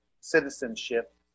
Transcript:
citizenship